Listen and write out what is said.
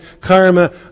karma